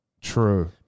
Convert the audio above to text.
True